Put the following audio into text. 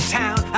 town